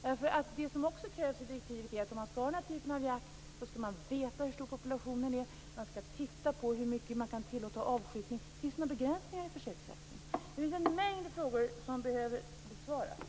Vad som också krävs i direktivet är att man vid den här typen av jakt skall veta hur stor populationen är och att man skall titta på hur mycket avskjutning man kan tillåta. Finns det några begräsningar i försöksjakten? Det finns en mängd frågor som behöver besvaras.